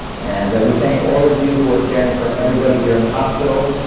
and we thank all of you who are caring for everybody here in the hospital,